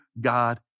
God